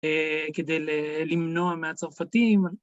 כדי למנוע מהצרפתים.